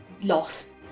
loss